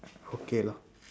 okay lor